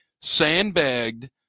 sandbagged